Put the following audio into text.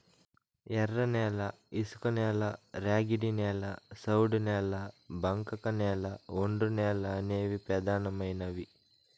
ఎర్రనేల, ఇసుకనేల, ర్యాగిడి నేల, సౌడు నేల, బంకకనేల, ఒండ్రునేల అనేవి పెదానమైనవి